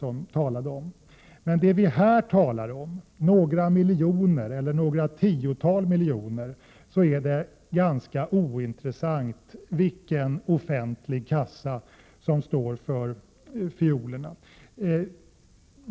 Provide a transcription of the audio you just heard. Men när det 149 gäller det belopp som vi här talar om, några tiotals miljoner, är det ganska ointressant vilken offentlig kassa som står för fiolerna.